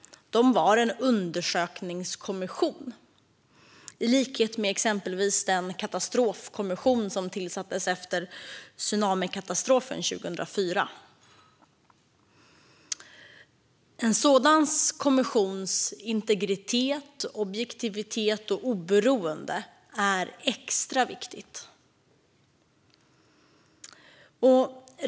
Den var en undersökningskommission i likhet med exempelvis den katastrofkommission som tillsattes efter tsunamikatastrofen 2004. En sådan kommissions integritet, objektivitet och oberoende är extra viktigt.